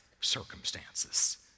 circumstances